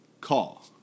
call